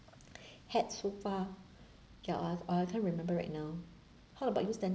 had so far ya ask I I can't remember right now how about you stanley